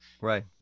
right